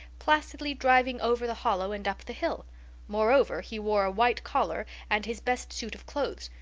placidly driving over the hollow and up the hill moreover, he wore a white collar and his best suit of clothes,